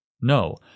No